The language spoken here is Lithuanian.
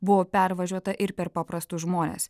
buvo pervažiuota ir per paprastus žmones